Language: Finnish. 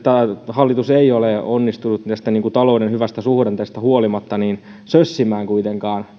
hallitus ei ole onnistunut näistä talouden hyvistä suhdanteista huolimatta kuitenkaan